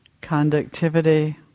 conductivity